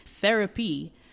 Therapy